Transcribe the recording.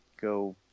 go